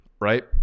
right